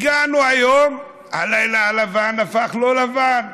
הגענו היום, הלילה הלבן הפך לא לבן.